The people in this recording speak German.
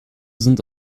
sind